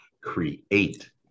create